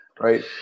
right